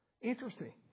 Interesting